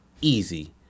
easy